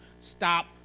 stop